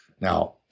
Now